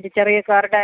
തിരിച്ചറിയൽ കാർഡ്